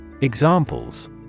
Examples